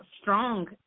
strong